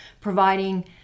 providing